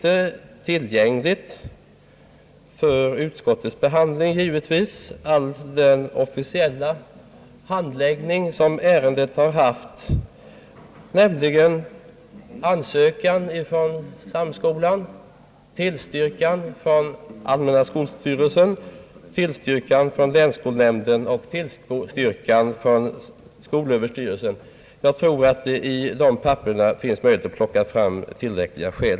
Dock har givetvis vid utskottets behandling av frågan funnits tillgängligt allt erforderligt material från den officiella handläggning som ärendet har varit föremål för, nämligen ansökan från Samskolan, tillstyrkan av allmänna skolstyrelsen, tillstyrkan av länsskolnämnden och av skolöverstyrelsen. Jag tror att det ur dessa papper finns möjlighet att plocka fram tillräckliga skäl.